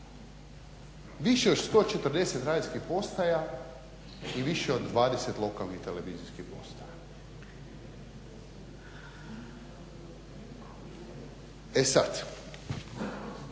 više još 140 radijskih postaja i više od 20 lokalnih televizijskih postaja. E sad